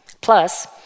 Plus